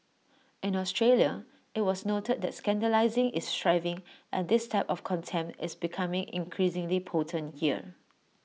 in Australia IT was noted that scandalising is thriving and this type of contempt is becoming increasingly potent there